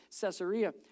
Caesarea